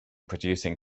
producing